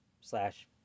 Slash